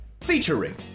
featuring